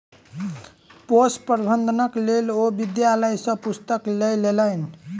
पोषक प्रबंधनक लेल ओ विद्यालय सॅ पुस्तक लय लेलैन